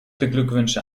beglückwünsche